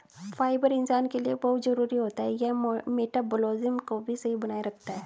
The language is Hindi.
फाइबर इंसान के लिए बहुत जरूरी होता है यह मटबॉलिज़्म को भी सही बनाए रखता है